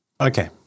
Okay